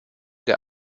der